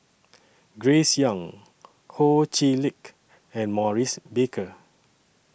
Grace Young Ho Chee Lick and Maurice Baker